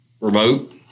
remote